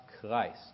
Christ